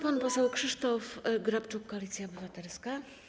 Pan poseł Krzysztof Grabczuk, Koalicja Obywatelska.